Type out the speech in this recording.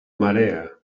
marea